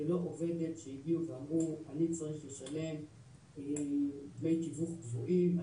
ולא עובדת שהביאו ואמרו אני צריך לשלם דמי תיווך קבועים,